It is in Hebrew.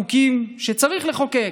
על חוקים שצריך לחוקק,